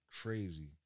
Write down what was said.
Crazy